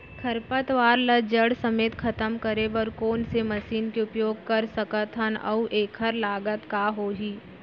खरपतवार ला जड़ समेत खतम करे बर कोन से मशीन के उपयोग कर सकत हन अऊ एखर लागत का होही?